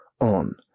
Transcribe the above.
on